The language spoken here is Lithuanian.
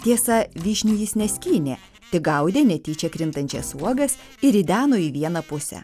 tiesa vyšnių jis neskynė tik gaudė netyčia krintančias uogas įrideno į vieną pusę